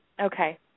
Okay